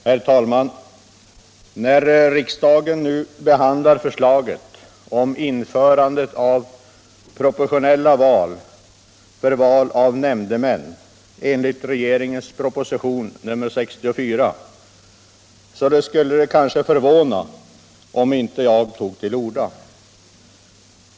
Herr talman! När riksdagen nu behandlar förslaget om införande av proportionella val av nämndemän, enligt regeringens proposition nr 64, så skulle det kanske förvåna om jag inte tog till orda.